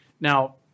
Now